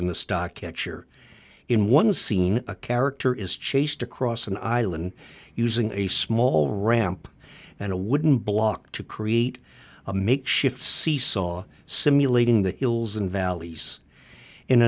in the stock at your in one scene a character is chased across an island using a small ramp and a wooden block to create a makeshift seesaw simulating the hills and valleys in